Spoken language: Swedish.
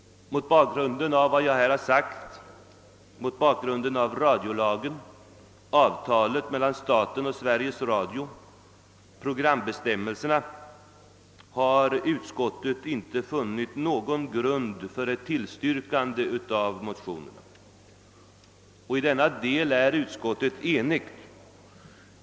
Mot bakgrunden av vad jag här anfört om radiolagen, avtalet mellan stalen och Sveriges Radio samt programbestämmelserna har utskottet inte funnit något skäl att tillstyrka motionen. I denna del är utskottet enigt.